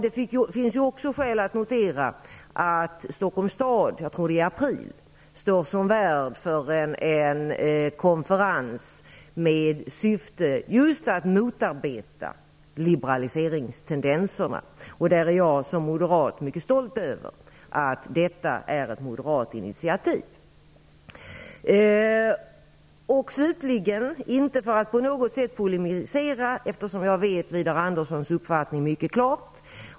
Det finns också skäl att notera att Stockholms stad jag tror att det är i april - står som värd för en konferens med syfte just att motarbeta liberaliseringstendenserna. Jag är som moderat mycket stolt över att det är ett moderat initiativ. Jag vill inte på något sätt polemisera, eftersom jag känner till Widar Anderssons uppfattning mycket klart.